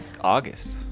August